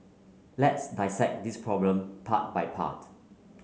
let's dissect this problem part by part